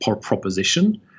proposition